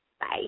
Bye